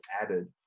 added